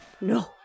No